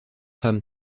femme